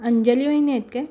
अंजली वहिनी आहेत काय